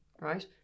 Right